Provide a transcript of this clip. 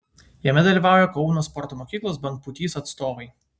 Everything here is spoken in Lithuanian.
jame dalyvauja kauno sporto mokyklos bangpūtys atstovai